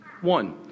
One